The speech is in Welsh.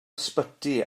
ysbyty